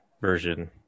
version